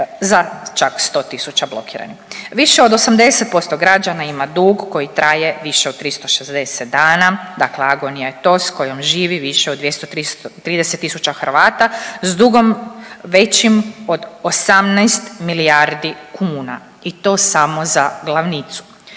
za čak 100.000 blokiranih. Više od 80% građana ima dug koji traje više od 360 dana, dakle agonija je to s kojom živi više od 230.000 Hrvata s dugom većim od 18 milijardi kuna i to samo za glavnicu.